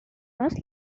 must